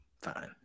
fine